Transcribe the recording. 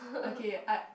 okay I